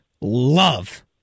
love